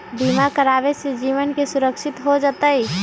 बीमा करावे से जीवन के सुरक्षित हो जतई?